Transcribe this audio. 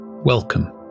Welcome